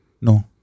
No